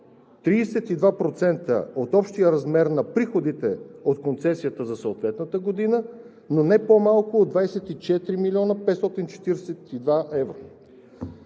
32% от общия размер на приходите от концесията за съответната година, но не по-малко от 24 млн. 542 евро.